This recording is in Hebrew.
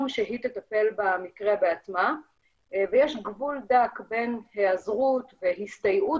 שהיא תטפל במקרה בעצמה ויש גבול דק בין היעזרות והסתייעות